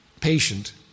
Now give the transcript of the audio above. patient